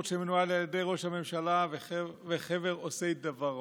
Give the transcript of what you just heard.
שמנוהל על ידי ראש הממשלה וחבר עושי דברו?